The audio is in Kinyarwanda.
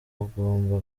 ugomba